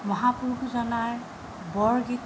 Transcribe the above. মহাপুৰুষজনাৰ বৰগীত